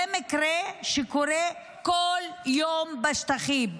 זה מקרה שקורה כל יום בשטחים.